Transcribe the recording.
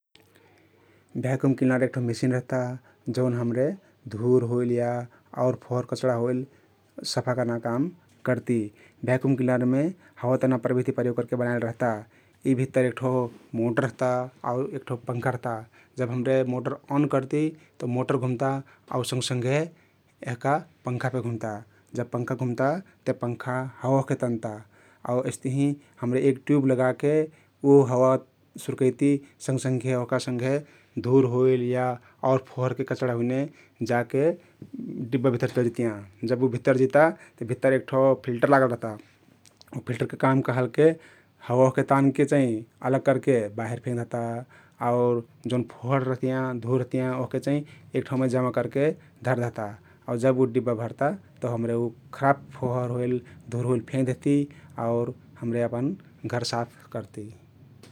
Vacuum cleaner एक ठो machine रहता । जउन हम्रे धुर होइल या आउर फोहर कचरा होइल सफा कर्ना काम करती । भ्याकुम क्लिनरमे हवा तन्ना प्रबिधी प्रयोग करके बनाइल रहता । यी भित्तर एक ठो मोटोर रहता आउ एक ठो पंखा रहता । जब हम्रे मोटर ओन करति त मोटोर घुम्ता आउ सँघसँघे यहका पंखा फे घुम्ता । जब पंखा घुम्ता ते पंखा हवा ओहके तन्ता आउ अस्तहिं हम्रे एक ट्युब लगाके उ हवा सुरकैती । सँघसँघे ओहका सँघे धुर होइल या आउ फोहरके कचरा हुइने जाके डिब्बा भित्तर पेलजितियाँ । जब उ भित्तर जिता तउ भित्तर एक ठो फिल्टर लागल रहता । उ फिल्तरके काम कहलके हवा ओहके तानके चाहिं अलग करके बाहिर फेंक देहता आउर जउन फोहर रहतियाँ धुर रहतियाँ ओहके चाहि एक ठाउँमे जमा करके धर देहता आउ जब उ डिब्बा भरता तउ हम्रे उ खराब फोहर होइल, धुर होइल फेंक देहती आउर हम्रे अपन घर साफ करती ।